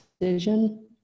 decision